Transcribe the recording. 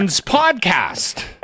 podcast